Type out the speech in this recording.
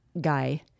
guy